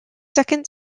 second